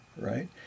right